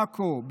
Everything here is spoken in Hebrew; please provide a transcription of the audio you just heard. עכו,